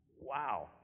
Wow